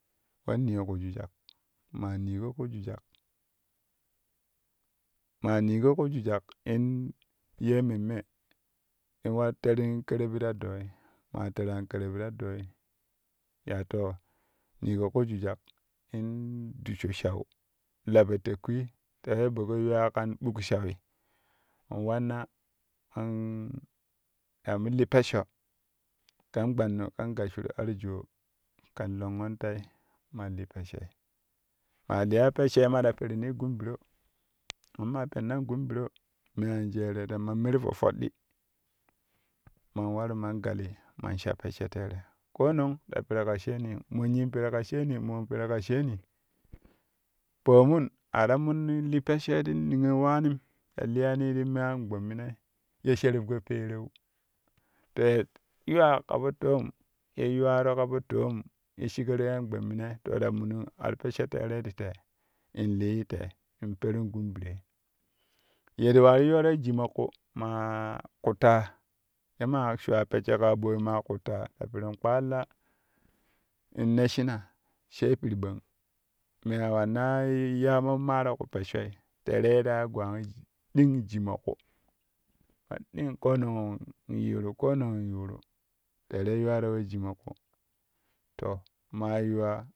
Wa niyo ku jujak maa nino kujujak maa nino kujujak in ye memme in wa terin kerebi ti ta dooi maa teraan kereb ti ta dooi ya too nigo ku jujak in dussho shau la po teƙƙui tere yeɓo ƙo yuwa kan ɓuk shaui in wanna in ya mo li pessho kɛn gbannu kɛn gasshuru ar jaa kɛn longƙon tai man li pesshoi maa liya pesshoi ma ta perini gun biro man maa pennan gun biro an jeere ta ma me ti po foɗɗi man waru man gali man sha pessho teere koonong ta peru ka sheeni monyinperu ka sheeni moon peru ka sheeni pomun a ta min li pesshoi ti niyo waanim ta liyani ti mo an gbo minai ye sherebƙo peereu to ye yuwaa ka po toom ye yuwaro ka po toom shikoroi an gbo minai to ta minin ar pessho teerei ti te in lii te in perin gun biroi ye ye wa yooroi jimoƙu maa kutta ye maa shuwa pessho ka ɓooi ma kuttaa ta pirin kpaalla in nesshina sai pirɓong me an wanna ya mo maaro ku pesshoi teerei ye ta ya gwangi ɗing jimoƙu ma ɗing koo non in yuuru koo nang in yuuru teerei yuwaro we jimoku to ma yuwa.